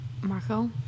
Marco